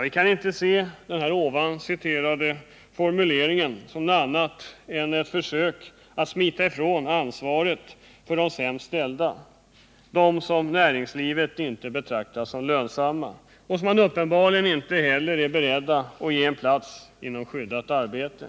Vi kan inte se den ovan citerade formuleringen som något annat än ett försök att smita från ansvaret för de sämst ställda, de som näringslivet inte betraktar såsom lönsamma och som man uppenbarligen inte heller är beredd att ge en plats inom skyddat arbete.